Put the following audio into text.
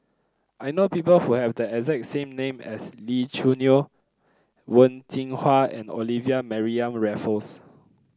I know people who have the exact same name as Lee Choo Neo Wen Jinhua and Olivia Mariamne Raffles